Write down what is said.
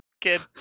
kid